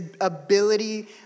ability